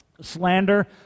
Slander